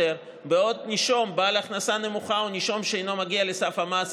בעוד נישום בעלי הכנסה נמוכה או נישום שאינו מגיע לסף המס,